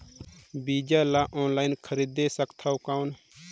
बीजा ला ऑनलाइन खरीदे सकथव कौन?